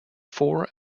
four